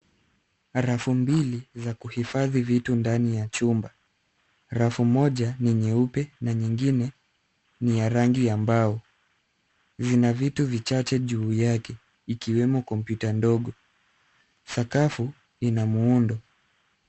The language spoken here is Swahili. Rafu mbili za kuhifadhi vitu ndani ya chumba. Rafu moja ni nyeupe na nyingine ni ya rangi ya mbao. Zina vitu vichache juu yake ikiwemo kompyuta ndogo. Sakafu ina muundo.